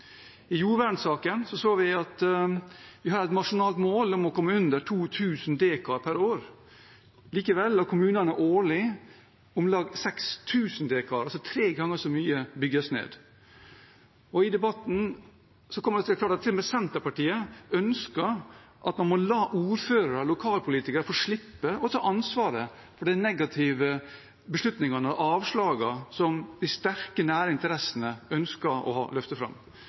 I jordvernsaken har vi et nasjonalt mål om å komme under 2 000 dekar per år. Likevel lar kommunene årlig om lag 6 000 dekar – tre ganger så mye – bygges ned. I debatten ønsket til og med Senterpartiet at man må la ordførere og lokalpolitikere få slippe å ta ansvaret for de negative beslutningene og avslagene som de sterke nære interessene ønsker å løfte fram.